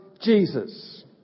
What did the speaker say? Jesus